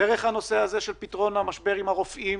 דרך הנושא של פתרון המשבר עם הרופאים